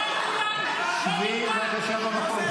שבי בבקשה במקום.